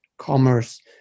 commerce